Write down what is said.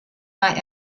war